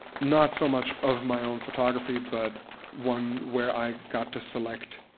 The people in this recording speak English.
not so much of my own photography but one where i got to select,